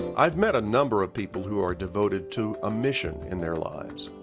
i've met a number of people who are devoted to a mission in their lives.